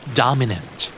dominant